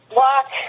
walk